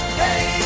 hey